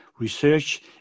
research